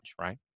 right